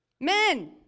Men